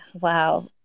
Wow